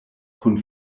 kun